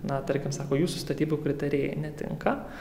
na tarkim sako jūsų statybų pritarėjai netinka